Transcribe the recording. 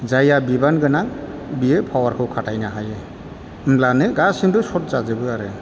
जायहा बिबानगोनां बियो पावारखौ खातायनो हायो होनब्लानो गासैबो सर्त जाजोबो आरो